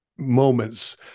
moments